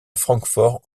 francfort